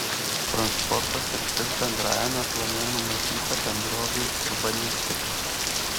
transporto sritis bendrajame plane numatyta bendrovei urbanistika